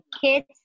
kids